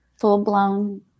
full-blown